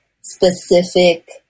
specific